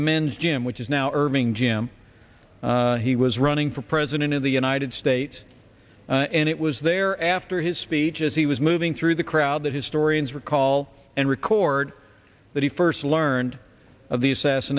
the men's gym which is now irving jim he was running for president of the united states and it was there after his speech as he was moving through the crowd that historians recall and record that he first learned of the as